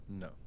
No